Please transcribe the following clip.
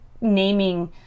naming